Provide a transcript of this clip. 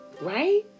right